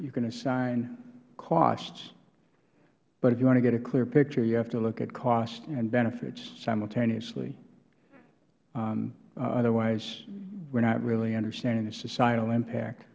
you can assign costs but if you want to get a clear picture you have to look at costs and benefits simultaneously otherwise we are not really understanding the societal impact